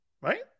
right